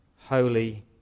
holy